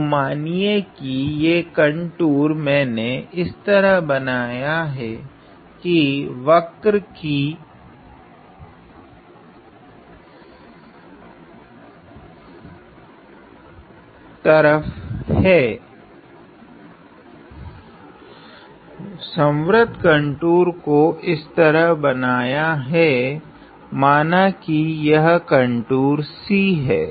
तो मानिए की ये कंटूर मेने इस तरह से बनाया है एक वक्र की तरह संवर्त कंटूर को इस तरह बनाया गया है माना की यह कंटूर C हैं